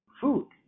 food